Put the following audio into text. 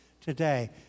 today